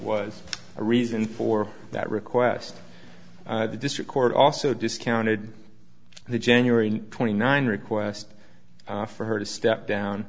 was a reason for that request the district court also discounted the january twenty nine request for her to step down